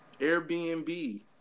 Airbnb